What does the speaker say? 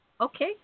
Okay